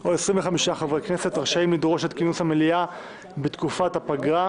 או 25 חברי כנסת רשאים לדרוש את כינוס המליאה בתקופת הפגרה,